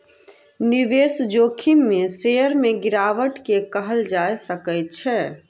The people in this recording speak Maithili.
निवेश जोखिम में शेयर में गिरावट के कहल जा सकै छै